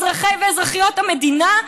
אזרחי ואזרחיות המדינה.